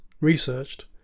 researched